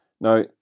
Now